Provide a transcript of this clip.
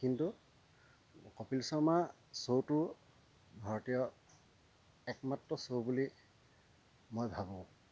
কিন্তু কপিল শৰ্মাৰ শ্ব'টোৰ ভাৰতীয় একমাত্ৰ শ্ব' বুলি মই ভাবোঁ